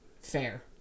Fair